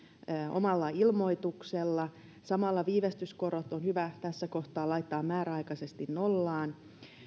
omalla ilmoituksella samalla viivästyskorot on hyvä tässä kohtaa laittaa määräaikaisesti nollaan